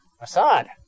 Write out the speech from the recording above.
Assad